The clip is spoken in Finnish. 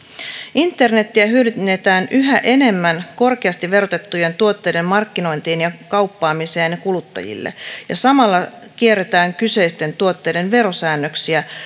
internetiä hyödynnetään yhä enemmän korkeasti verotettujen tuotteiden markkinointiin ja kauppaamiseen kuluttajille ja samalla kierretään kyseisten tuotteiden verosäännöksiä